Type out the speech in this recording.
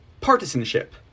partisanship